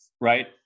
right